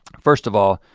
first of all,